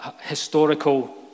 historical